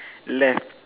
left